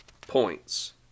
points